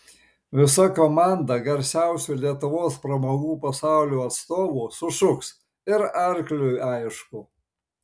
visa komanda garsiausių lietuvos pramogų pasaulio atstovų sušuks ir arkliui aišku